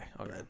Okay